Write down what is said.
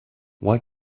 why